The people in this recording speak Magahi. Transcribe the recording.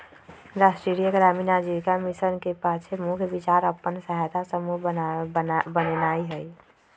राष्ट्रीय ग्रामीण आजीविका मिशन के पाछे मुख्य विचार अप्पन सहायता समूह बनेनाइ हइ